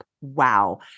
wow